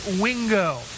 Wingo